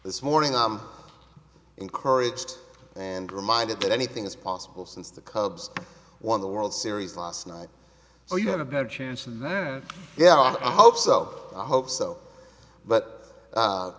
this morning i am encouraged and reminded that anything's possible since the cubs won the world series last night so you have a better chance man yeah i hope so i hope so but